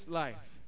life